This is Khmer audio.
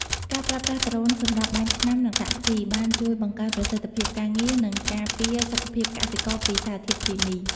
ការប្រើប្រាស់ដ្រូនសម្រាប់បាញ់ថ្នាំ និងដាក់ជី បានជួយបង្កើនប្រសិទ្ធភាពការងារ និងការពារសុខភាពកសិករពីសារធាតុគីមី។